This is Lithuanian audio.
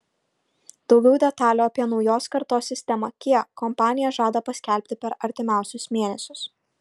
daugiau detalių apie naujos kartos sistemą kia kompanija žada paskelbti per artimiausius mėnesius